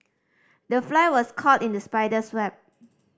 the fly was caught in the spider's web